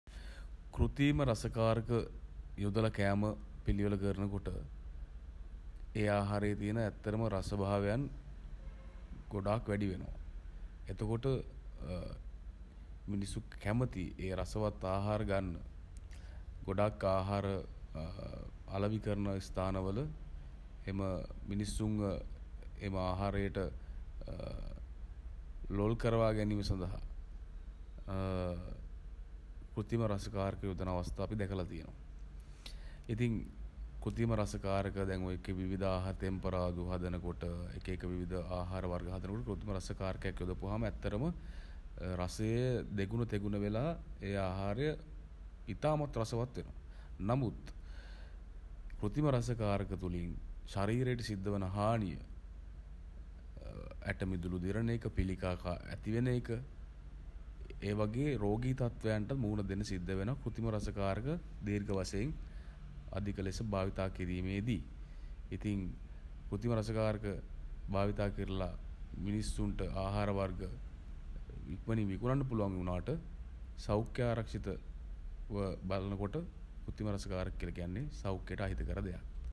කෘතී ම රසකාරක යොදලා කෑම පිළියෙළ කරන කොට ඒ ආහාරයේ තියෙන ඇත්තටම රසභාවයන් ගොඩාක් වැඩි වෙනවා. එතකොට මිනිස්සු කැමතියි ඒ රසවත් ආහාර ගන්න. ගොඩාක් ආහාර අලෙවි කරන ස්ථානවල එම මිනිසුන්ව එම ආහාරයට ලොල් කරවා ගැනීම සඳහා කෘතිම රසකාරක යොදන අවස්ථා අපි දැකලා තියෙනවා. ඉතින් කෘතිම රසකාරක දැන් ඔය එක එක විවිධ ආහාර තෙම්පරාදු හදනකොට එක එක විවිධ ආහාර වර්ග හදනකොට කෘතීම රසකාරකයක් යොදපුවම ඇත්තටම රසය දෙගුණ තෙගුණ වෙලා ඒ ආහාරය ඉතාමත් රසවත් වෙනවා. නමුත් කෘතිම රසකාරක තුළින් ශරීරයට සිද්ධ වෙන හානිය ඇටමිදුළු දිරන එක පිළිකා ඇති වෙන එක ඒ වගේ රෝගී තත්වයන්ට මුහුණ දෙන්න සිද්ධවෙනවා කෘතිම රසකාරක දීර්ඝ වශයෙන් අධික ලෙස භාවිතා කිරීමේදී. ඉතින් කෘතිම රසකාරක භාවිතා කරලා මිනිස්සුන්ට ආහාර වර්ග ඉක්මනින් විකුණන්න පුළුවන් වුණාට සෞඛ්‍යාරක්ෂිත ව බලනකොට කෘතීම රසකාරක කියල කියන්නේ සෞඛ්‍යයට අහිතකර දෙයක්.